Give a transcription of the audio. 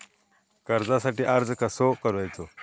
कर्जासाठी अर्ज कसो करायचो?